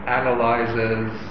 analyzes